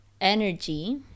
energy